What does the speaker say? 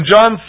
John